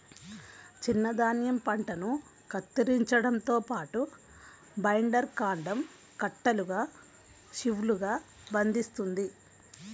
చిన్న ధాన్యం పంటను కత్తిరించడంతో పాటు, బైండర్ కాండం కట్టలుగా షీవ్లుగా బంధిస్తుంది